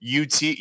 UT